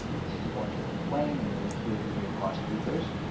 this is going to be playing and you will hear it through your car speakers.